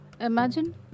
imagine